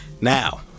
now